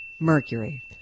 Mercury